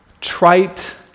trite